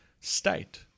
state